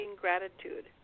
gratitude